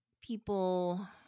people